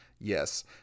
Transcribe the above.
Yes